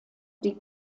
die